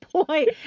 point